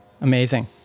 Amazing